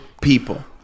people